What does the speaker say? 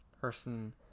person